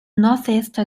northeast